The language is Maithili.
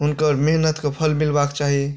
हुनकर मेहनतके फल मिलबाक चाही